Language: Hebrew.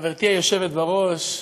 חברתי היושבת בראש,